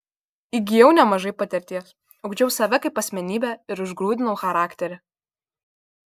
įgijau nemažai patirties ugdžiau save kaip asmenybę ir užgrūdinau charakterį